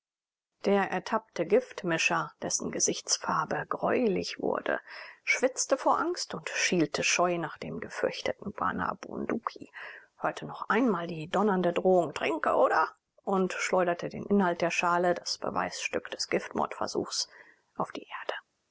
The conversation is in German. der ertappte giftmischer dessen gesichtsfarbe gräulich wurde schwitzte vor angst und schielte scheu nach dem gefürchteten bana bunduki hörte noch einmal die donnernde drohung trinke oder und schleuderte den inhalt der schale das beweisstück des giftmordversuchs auf die erde